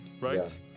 right